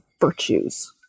virtues